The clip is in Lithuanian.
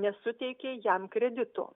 nesuteikė jam kredito